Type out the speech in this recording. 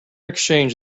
exchange